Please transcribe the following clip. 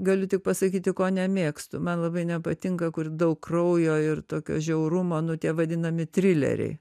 galiu tik pasakyti ko nemėgstu man labai nepatinka kur daug kraujo ir tokio žiaurumo nu tie vadinami trileriai